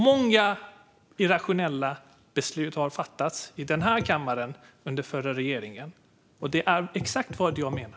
Många irrationella beslut har fattats i den här kammaren under den förra regeringen. Det är exakt det jag menar.